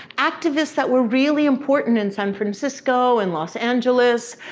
activists that were really important in san francisco, and los angeles,